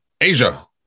Asia